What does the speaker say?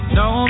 no